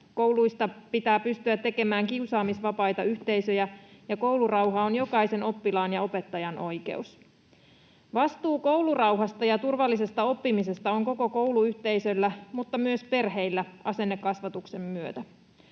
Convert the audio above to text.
Kouluista pitää pystyä tekemään kiusaamisvapaita yhteisöjä, ja koulurauha on jokaisen oppilaan ja opettajan oikeus. Vastuu koulurauhasta ja turvallisesta oppimisesta on koko kouluyhteisöllä mutta myös perheillä asennekasvatuksen myötä.